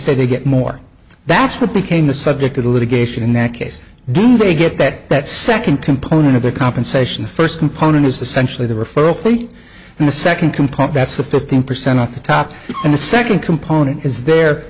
said they get more that's what became the subject of the litigation in that case do they get that that second component of their compensation the first component is essential of the referral fee and the second component that's the fifteen percent off the top and the second component is their